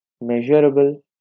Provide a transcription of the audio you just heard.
measurable